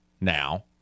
now